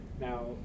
Now